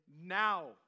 now